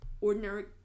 ordinary